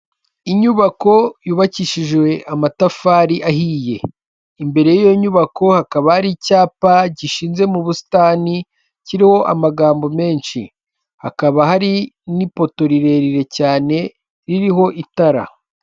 Inyubako yubakishijwe amatafari ahiye imbere y'iyo nyubako hakaba ari icyapa gishinze mu busitani kiriho amagambo menshi hakaba hari n'ipoto rirerire cyane ririho itara.